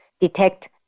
detect